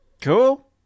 Cool